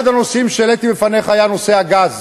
אחד הנושאים שהעליתי בפניך היה נושא הגז.